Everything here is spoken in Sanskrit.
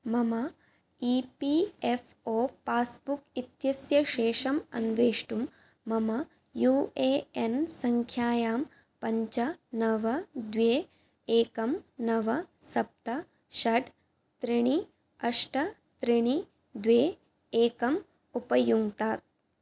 मम E P F O passbook इत्यस्य शेषम् अन्वेष्टुं मम यू ए एन् सङ्ख्यां पञ्च नव द्वे एकं नव सप्त षट् त्रीणि अष्ट त्रीणि द्वे एकम् उपयुङ्क्तात्